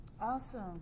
awesome